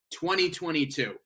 2022